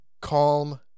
calm